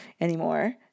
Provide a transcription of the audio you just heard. anymore